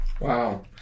Wow